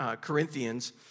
Corinthians